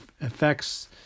affects